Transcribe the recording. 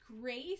grace